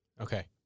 Okay